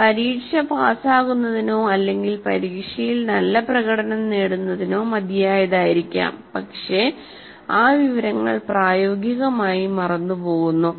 പരീക്ഷ പാസാകുന്നതിനോ അല്ലെങ്കിൽ പരീക്ഷയിൽ നല്ല പ്രകടനം നേടുന്നതിനോ മതിയായതായിരിക്കാം പക്ഷേ ആ വിവരങ്ങൾ പ്രായോഗികമായി മറന്നുപോകുന്നു